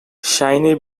shiny